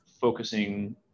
focusing